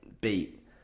beat